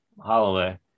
Holloway